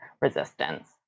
resistance